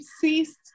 ceased